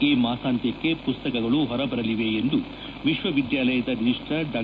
ಈ ಮಾಸಾಂತ್ಯಕ್ಷೆ ಪುಸ್ತಕಗಳು ಹೊರ ಬರಲಿವೆ ಎಂದು ವಿಶ್ವ ವಿದ್ವಾಲಯದ ರಿಜಿಸ್ಟಾರ್ ಡಾ